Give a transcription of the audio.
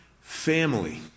family